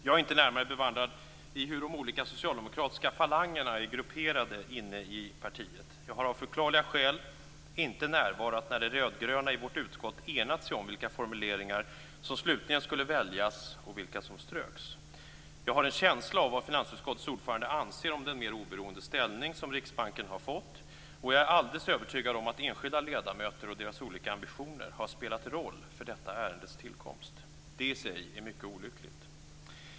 Jag är inte närmare bevandrad i hur de olika socialdemokratiska falangerna är grupperade inne i partiet. Jag har av förklarliga skäl inte närvarit när de rödgröna i vårt utskott enat sig om vilka formuleringar som slutligen skulle väljas och vilka som ströks. Jag har en känsla av vad finansutskottets ordförande anser om den mer oberoende ställning som Riksbanken har fått. Och jag är alldeles övertygad om att enskilda ledamöter och deras olika ambitioner har spelat roll för detta ärendes tillkomst. Det i sig är mycket olyckligt.